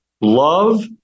Love